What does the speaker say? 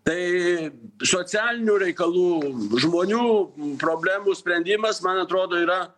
tai socialinių reikalų žmonių problemų sprendimas man atrodo yra